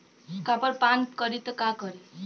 Copper पान करी त का करी?